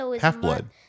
half-blood